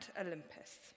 Olympus